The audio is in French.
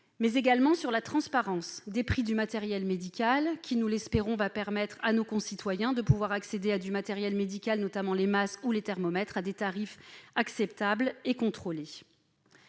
mais également la transparence des prix du matériel médical qui, nous l'espérons, va permettre à nos concitoyens d'accéder à ce matériel, notamment les masques ou les thermomètres, à des tarifs acceptables et contrôlés.